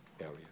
area